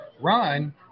run